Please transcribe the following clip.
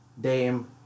Dame